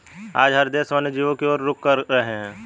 आज हर देश वन्य जीवों की और रुख कर रहे हैं